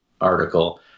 article